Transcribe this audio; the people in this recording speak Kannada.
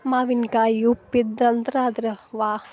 ಮಾವಿನ್ಕಾಯಿ ಉಪ್ಪು ಇದ್ರಂದ್ರೆ ಅದ್ರ ವಾ